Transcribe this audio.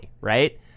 right